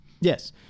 Yes